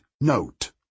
note